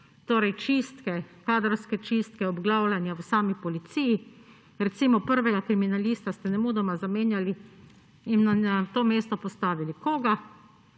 čistke, kadrovske čistke, obglavljanja v sami policiji. Recimo prvega kriminalista ste nemudoma zamenjali in na to mesto postavili – koga?